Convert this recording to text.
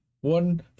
One